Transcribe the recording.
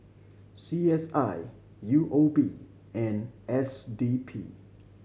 C S I U O B and S D P